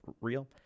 real